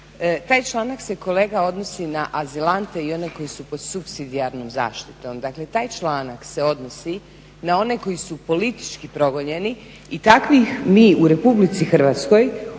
Taj članak se kolega odnosi na azilante i one koji su pod supsidijarnom zaštitom, dakle taj članak se odnosi na one koji su politički progonjeni i takvih mi u Republici Hrvatskoj